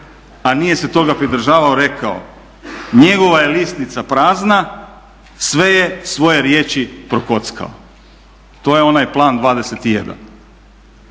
a nije se toga pridržavao rekao: "Njegova je lisnica prazna, sve je svoje riječi prokockao." To je onaj Plan 21.